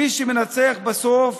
מי שמנצח בסוף